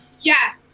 yes